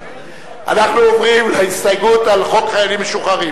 אנחנו עוברים להסתייגות על חוק חיילים משוחררים,